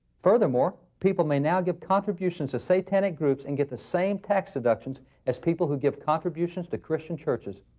furthermore, people may now give contributions to satanic groups and get the same tax deductions as people who give contributions to christian churches.